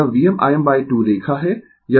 यह VmIm 2 रेखा है